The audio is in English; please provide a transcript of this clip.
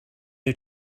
new